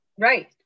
Right